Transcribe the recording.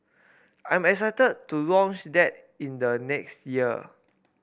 I am excited to launch that in the next year